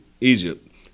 Egypt